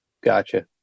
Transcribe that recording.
Gotcha